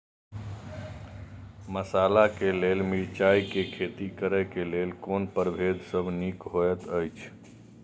मसाला के लेल मिरचाई के खेती करे क लेल कोन परभेद सब निक होयत अछि?